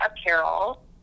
apparel